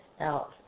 out